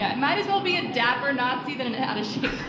yeah it might as well be a dapper nazi than an out of shape